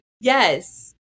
Yes